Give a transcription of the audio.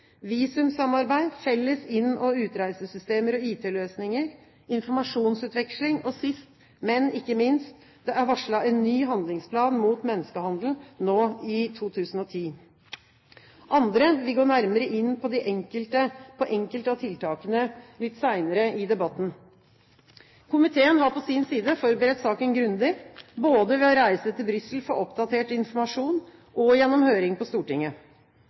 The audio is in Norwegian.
visumsamarbeid, felles inn- og utreisesystemer og IT-løsninger, informasjonsutveksling – og sist, men ikke minst, det er varslet en ny handlingsplan mot menneskehandel nå i 2010. Andre vil gå nærmere inn på enkelte av tiltakene litt senere i debatten. Komiteen har på sin side forberedt saken grundig, både ved å reise til Brussel for oppdatert informasjon og gjennom høring på Stortinget.